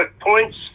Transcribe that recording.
points